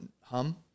hum